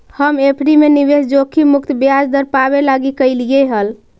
हम एफ.डी में निवेश जोखिम मुक्त ब्याज दर पाबे लागी कयलीअई हल